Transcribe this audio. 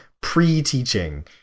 Pre-teaching